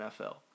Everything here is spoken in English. NFL